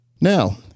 Now